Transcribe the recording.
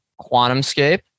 QuantumScape